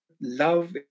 love